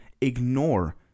ignore